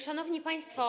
Szanowni Państwo!